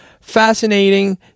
fascinating